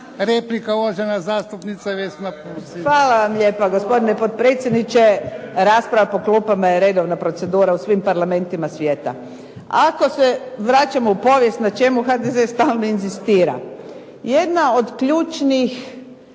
Pusić. Izvolite. **Pusić, Vesna (HNS)** Hvala vam lijepo gospodine potpredsjedniče. Rasprava po klupama je redovna procedura u svim parlamentima svijeta. Ako se vraćamo u povijest, na čemu HDZ stalno inzistira. Jedna od ključnih